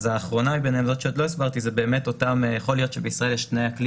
והאחרונה שלא הסברתי היא שיכול להיות שבישראל יש תנאי אקלים